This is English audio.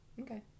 Okay